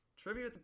Trivia